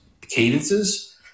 cadences